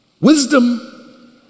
Wisdom